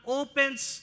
opens